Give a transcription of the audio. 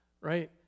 right